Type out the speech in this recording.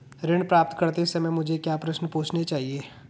ऋण प्राप्त करते समय मुझे क्या प्रश्न पूछने चाहिए?